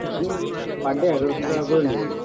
আপনি ওই per day এগারোশো টাকা করে নেবেন